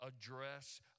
address